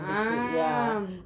ah